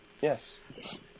Yes